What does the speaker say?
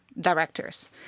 directors